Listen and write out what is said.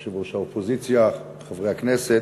יושבת-ראש האופוזיציה, חברי הכנסת,